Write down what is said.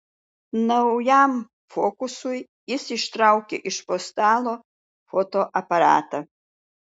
naujam fokusui jis ištraukė iš po stalo fotoaparatą